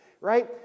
Right